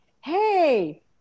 hey